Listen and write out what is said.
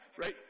right